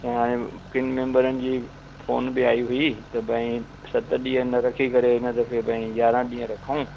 ऐं हाणे टिनि मैंबरनि जी फ़ोन बि आई हुई त भई सत ॾींहं न रखी करे हिन दफ़े भई यारहं ॾींहं रखूं